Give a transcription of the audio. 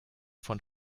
von